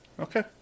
Okay